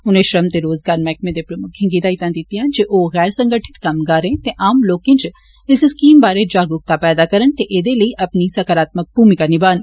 उनें श्रम ते रोज़गार मैहकमें दे प्रमुक्खें गी हिदायतां दितियां जे ओ गैर संगठित कम्मगारें ते आम लोकें च इस स्कीम बारे जागरुकता पैदा करन ते ऐदे लेई अपनी सकारात्मक भूमिका निभान